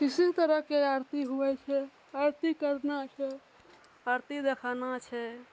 किसी तरहके आरती हुवै छै आरती करना छै आरती देखाना छै